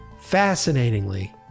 fascinatingly